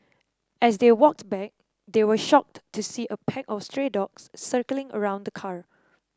as they walked back they were shocked to see a pack of stray dogs circling around the car